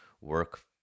work